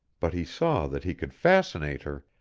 but he saw that he could fascinate her,